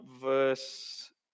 verse